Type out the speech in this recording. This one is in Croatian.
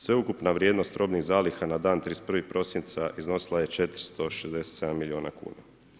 Sveukupna vrijednost robnih zaliha na dan 31. prosinca iznosila je 467 milijuna kuna.